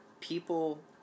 people